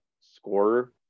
scorer